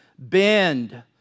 bend